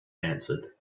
answered